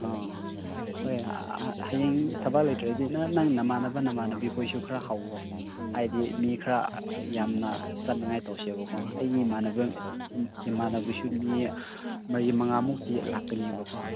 ꯑꯥ ꯍꯣꯏ ꯍꯌꯦꯡ ꯊꯕꯛ ꯂꯩꯇ꯭ꯔꯗꯤ ꯅꯪ ꯅꯃꯥꯟꯅꯕ ꯅꯃꯥꯟꯅꯕꯤ ꯍꯣꯏꯁꯨ ꯈꯔ ꯍꯧꯔꯣ ꯍꯥꯏꯗꯤ ꯃꯤ ꯈꯔ ꯌꯥꯝꯅ ꯆꯠꯅꯤꯡꯉꯥꯏ ꯇꯧꯁꯦꯕꯀꯣ ꯑꯩꯒꯤ ꯏꯃꯥꯟꯅꯕ ꯏꯃꯥꯟꯅꯕꯤꯁꯨ ꯃꯤ ꯃꯔꯤ ꯃꯉꯥꯃꯨꯛꯇꯤ ꯂꯥꯛꯀꯅꯦꯕꯀꯣ